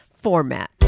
format